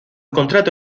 contrato